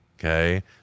Okay